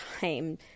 time